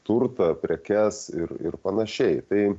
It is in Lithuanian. turtą prekes ir ir panašiai tai